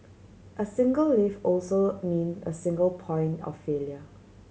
a single lift also mean a single point of failure